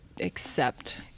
accept